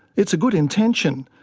it's a good intention,